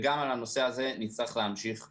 וגם על הנושא הזה נצטרך להמשיך לדון.